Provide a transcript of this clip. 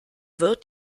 wird